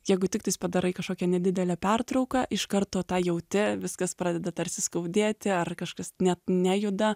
jeigu tiktais padarai kašokią nedidelę pertrauką iš karto tą jauti viskas pradeda tarsi skaudėti ar kažkas net nejuda